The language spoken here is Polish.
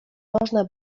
można